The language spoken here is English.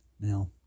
Now